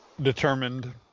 determined